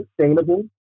sustainable